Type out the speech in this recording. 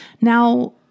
Now